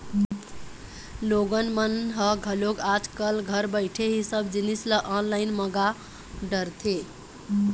लोगन मन ह घलोक आज कल घर बइठे ही सब जिनिस ल ऑनलाईन मंगा डरथे